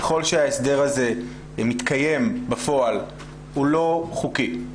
ככל שההסדר הזה מתקיים בפועל הוא לא חוקי?